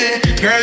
Girl